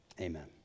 amen